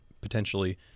potentially